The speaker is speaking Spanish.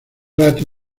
rato